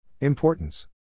Importance